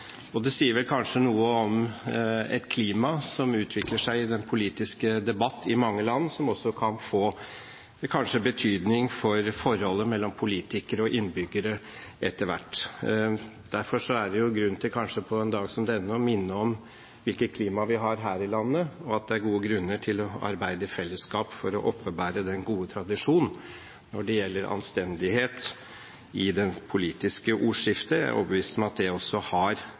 Cox. Det sier kanskje noe om et klima som utvikler seg i den politiske debatt i mange land, og som kanskje kan få betydning for forholdet mellom politikere og innbyggere etter hvert. Derfor er det på en dag som denne kanskje grunn til å minne om hvilket klima vi har her i landet, og at det er gode grunner til å arbeide i fellesskap for å opprettholde den gode tradisjon når det gjelder anstendighet i det politiske ordskiftet. Jeg er overbevist om at det har virkning utover akkurat denne sal, også